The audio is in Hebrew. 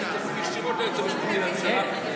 הייתי כפוף ישירות ליועץ המשפטי לממשלה.